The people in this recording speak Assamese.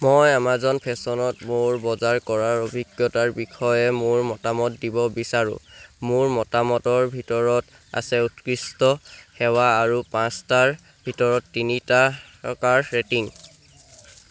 মই আমাজন ফেশ্বনত মোৰ বজাৰ কৰাৰ অভিজ্ঞতাৰ বিষয়ে মোৰ মতামত দিব বিচাৰোঁ মোৰ মতামতৰ ভিতৰত আছে উৎকৃষ্ট সেৱা আৰু পাঁচটাৰ ভিতৰত তিনি তাৰকাৰ ৰেটিং